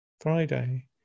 Friday